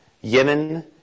Yemen